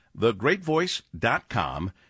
Thegreatvoice.com